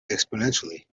exponentially